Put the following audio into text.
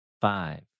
Five